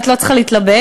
את לא צריכה להתלבט,